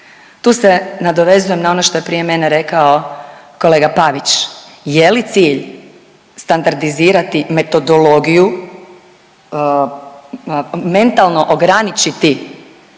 Tu se nadovezujem na ono što je prije mene rekao kolega Pavić je li cilj standardizirati metodologiju, mentalno ograničiti kako